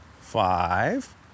five